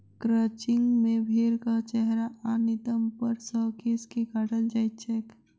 crutching मे भेंड़क चेहरा आ नितंब पर सॅ केश के काटल जाइत छैक